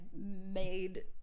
made